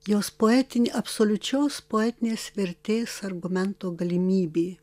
jos poetinį absoliučios poetinės vertės argumento galimybė